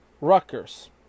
Rutgers